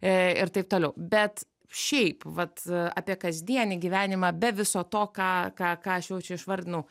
ir taip toliau bet šiaip vat apie kasdienį gyvenimą be viso to ką ką ką aš jau čia išvardinau